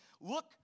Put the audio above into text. look